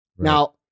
Now